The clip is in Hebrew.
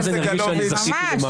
אז אני ארגיש שזכיתי למעמד.